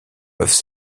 peuvent